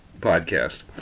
podcast